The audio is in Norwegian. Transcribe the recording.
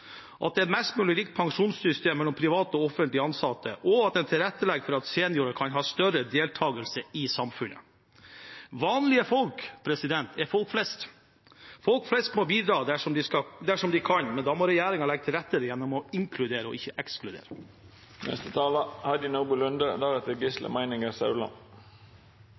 at det er et mest mulig likt pensjonssystem mellom privat og offentlig ansatte, og at en tilrettelegger for at seniorer kan ha større deltakelse i samfunnet. Vanlige folk er folk flest. Folk flest må bidra dersom de kan, men da må regjeringen legge til rette gjennom å inkludere, ikke